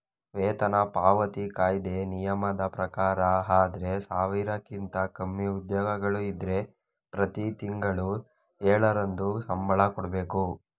ವೇತನ ಪಾವತಿ ಕಾಯಿದೆ ನಿಯಮದ ಪ್ರಕಾರ ಆದ್ರೆ ಸಾವಿರಕ್ಕಿಂತ ಕಮ್ಮಿ ಉದ್ಯೋಗಿಗಳು ಇದ್ರೆ ಪ್ರತಿ ತಿಂಗಳು ಏಳರಂದು ಸಂಬಳ ಕೊಡ್ಬೇಕು